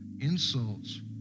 insults